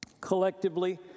collectively